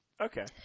Okay